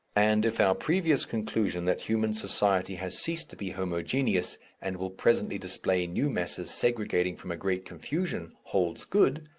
and if our previous conclusion that human society has ceased to be homogeneous and will presently display new masses segregating from a great confusion, holds good,